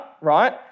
right